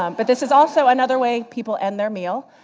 um but this is also another way people end their meal,